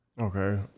Okay